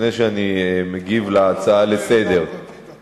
לפני שאני מגיב על ההצעה לסדר-היום.